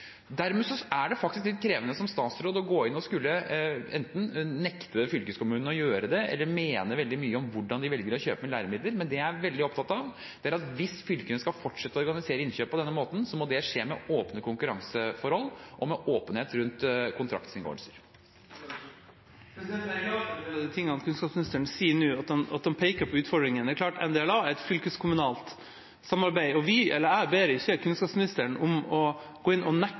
er det faktisk litt krevende som statsråd å gå inn og enten skulle nekte fylkeskommunene å gjøre det, eller mene veldig mye om hvordan de velger å kjøpe inn læremidler. Men det jeg er veldig opptatt av, er at hvis fylkene skal fortsette å organisere innkjøp på denne måten, må det skje med åpne konkurranseforhold og med åpenhet rundt kontraktinngåelser. Jeg er glad for en del av de tingene kunnskapsministeren nå sier, at han peker på utfordringer. Det er klart at NDLA er et fylkeskommunalt samarbeid, og jeg ber ikke kunnskapsministeren om å gå inn og